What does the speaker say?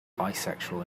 bisexual